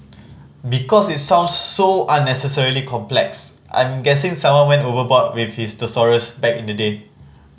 because it sounds so unnecessarily complex I'm guessing someone went overboard with his thesaurus back in the day